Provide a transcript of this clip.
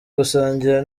gusangira